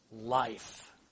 life